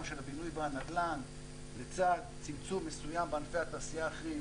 של הבינוי והנדל"ן לצד צמצום מסוים בענפי התעשייה האחרים.